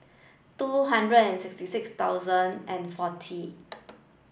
two hundred and sixty six thousand and forty